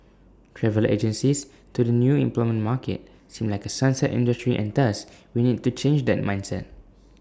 travel agencies to the new employment market seem like A sunset industry and thus we need to change that mindset